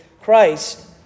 Christ